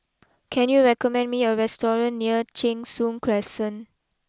can you recommend me a restaurant near Cheng Soon Crescent